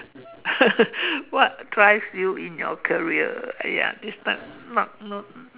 what drives you in your career !aiya! this type not not